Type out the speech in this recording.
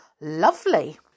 Lovely